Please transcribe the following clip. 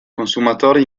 consumatore